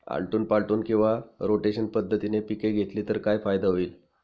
आलटून पालटून किंवा रोटेशन पद्धतीने पिके घेतली तर काय फायदा होईल?